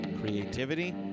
creativity